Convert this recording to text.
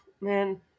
Man